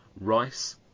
rice